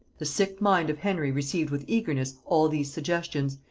the sick mind of henry received with eagerness all these suggestions,